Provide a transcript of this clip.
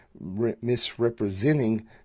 Misrepresenting